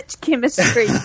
chemistry